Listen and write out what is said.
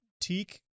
Teak